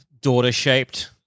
daughter-shaped